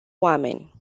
oameni